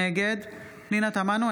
נגד פנינה תמנו,